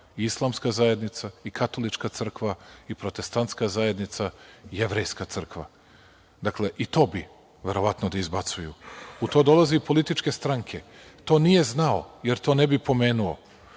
islamska zajednica, i katolička crkva, i protestantska zajednica, i jevrejska crkva. Dakle, i to bi verovatno da izbacuju. U to dolaze i političke stranke. To nije znao, jer to ne bi pomenuo,